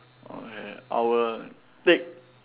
okay I would take